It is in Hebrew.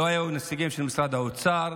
לא היו נציגים של משרד האוצר,